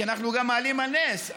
כי אנחנו גם מעלים על נס,